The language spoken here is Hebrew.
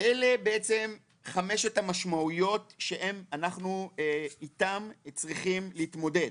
אלה חמשת המשמעויות שאנחנו איתם צריכים להתמודד,